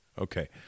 Okay